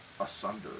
asunder